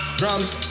drums